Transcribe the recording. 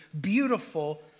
beautiful